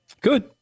Good